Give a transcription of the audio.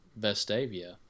Vestavia